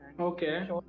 Okay